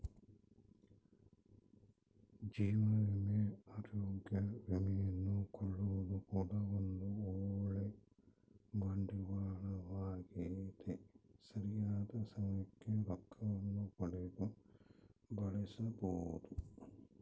ಜೀವ ವಿಮೆ, ಅರೋಗ್ಯ ವಿಮೆಯನ್ನು ಕೊಳ್ಳೊದು ಕೂಡ ಒಂದು ಓಳ್ಳೆ ಬಂಡವಾಳವಾಗೆತೆ, ಸರಿಯಾದ ಸಮಯಕ್ಕೆ ರೊಕ್ಕವನ್ನು ಪಡೆದು ಬಳಸಬೊದು